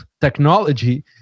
technology